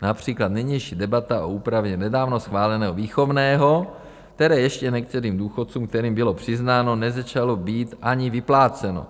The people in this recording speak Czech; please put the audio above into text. Například nynější debata o úpravě nedávno schváleného výchovného, které ještě některým důchodcům, kterým bylo přiznáno, nezačalo být ani vypláceno.